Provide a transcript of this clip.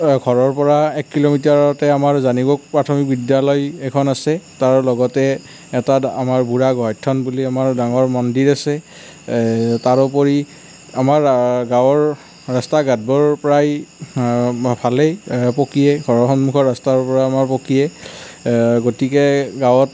ঘৰৰ পৰা এক কিলোমিটাৰতে আমাৰ জানিগোগ প্ৰাথমিক বিদ্যালয় এখন আছে তাৰ লগতে এটা আমাৰ বুঢ়া গোসাঁই থান বুলি আমাৰ ডাঙৰ মন্দিৰ আছে তাৰোপৰি আমাৰ গাঁৱৰ ৰাস্তা ঘাটবোৰ প্ৰায় ভালেই পকীয়ে ঘৰৰ সন্মুখৰ পৰা ৰাস্তাৰ পৰা আমাৰ পকীয়ে গতিকে গাঁৱত